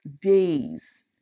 days